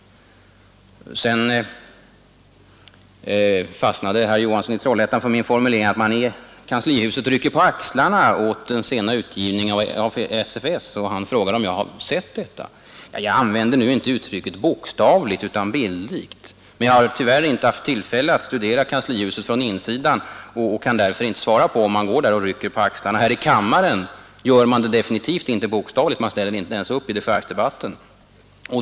Sedan fastnar herr Johansson i Trollhättan för min formulering att man i kanslihuset rycker på axlarna åt den sena utgivningen av SFS. Han frågade om jag sett detta. Jag använde nu inte uttrycket bokstavligt utan bildligt och jag har tyvärr inte haft tillfälle att studera kanslihuset från insidan. Jag kan därför inte svara på om man går där och rycker på axlarna. I så fall gör man det definitivt inte bokstavligt. Men man ställer inte ens upp i dechargedebatten.